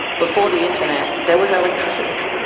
before the internet, there was electricity.